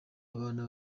abana